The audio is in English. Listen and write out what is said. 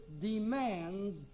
demands